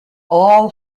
all